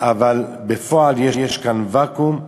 אבל בפועל יש כאן ואקום,